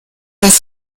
das